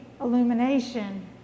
illumination